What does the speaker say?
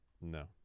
No